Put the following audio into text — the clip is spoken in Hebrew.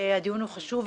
הדיון הוא חשוב,